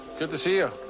good to see you.